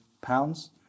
pounds